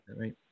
Right